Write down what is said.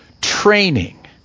training